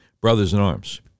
brothers-in-arms